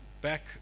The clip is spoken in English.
back